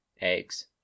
eggs